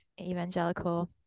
evangelical